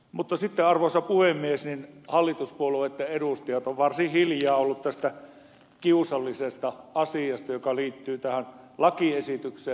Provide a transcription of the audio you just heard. mutta sitten arvoisa puhemies hallituspuolueitten edustajat ovat varsin hiljaa olleet tästä kiusallisesta asiasta joka liittyy tähän lakiesitykseen